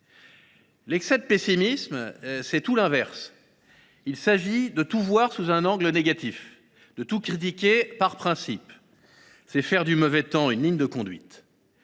L’excès de pessimisme est l’inverse : il consiste à tout voir sous un angle négatif, à tout critiquer par principe. C’est faire du mauvais temps une ligne de conduite.